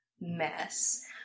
mess